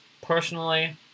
Personally